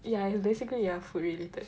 yeah it's basically ya food related